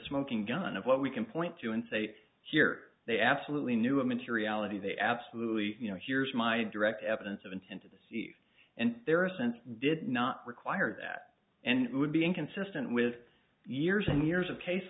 smoking gun of what we can point to and say here they absolutely knew it materiality they absolutely you know here's my direct evidence of intent to deceive and their sense did not require that and it would be inconsistent with years and years of case